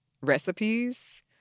recipes